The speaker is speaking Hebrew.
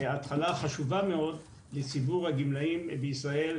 התחלה חשובה מאוד לציבור הגמלאים בישראל,